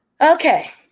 Okay